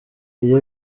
iyo